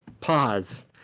Pause